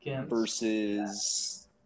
versus